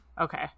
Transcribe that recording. okay